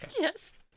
Yes